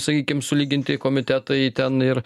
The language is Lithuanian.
sakykim sulyginti komitetai ten ir